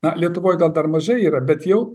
na lietuvoj gal dar mažai yra bet jau